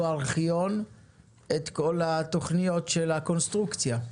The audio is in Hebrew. ארכיון את כל התוכניות של הקונסטרוקציה.